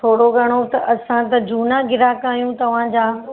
थोड़ो घणो त असां त झूना ग्राहक आहियूं तव्हांजा